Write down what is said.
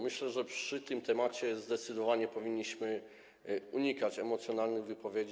Myślę, że przy tym temacie zdecydowanie powinniśmy unikać emocjonalnych wypowiedzi.